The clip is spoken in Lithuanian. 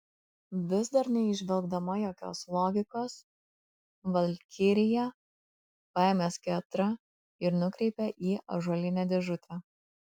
vis dar neįžvelgdama jokios logikos valkirija paėmė skeptrą ir nukreipė į ąžuolinę dėžutę